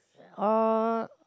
oh